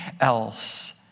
else